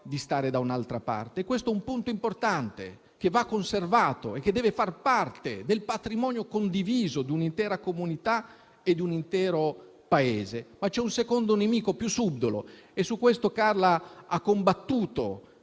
di stare da un'altra parte. Questo è un punto importante che va conservato e che deve far parte del patrimonio condiviso di un'intera comunità e di un intero Paese. C'è però un secondo nemico più subdolo, e su questo Carla ha combattuto